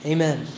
Amen